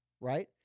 right